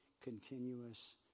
continuous